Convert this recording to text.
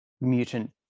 mutant